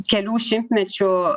kelių šimtmečių